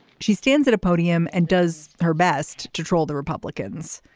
she stands at a podium and does her best to troll the republicans.